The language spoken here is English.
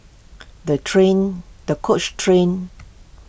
the train the coach trained